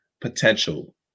potential